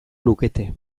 lukete